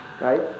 right